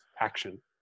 action